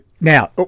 now